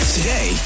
Today